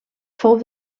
fou